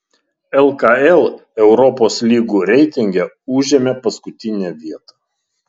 lkl europos lygų reitinge užėmė paskutinę vietą